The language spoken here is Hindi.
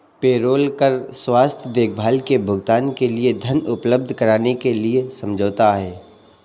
पेरोल कर स्वास्थ्य देखभाल के भुगतान के लिए धन उपलब्ध कराने के लिए समझौता है